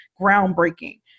groundbreaking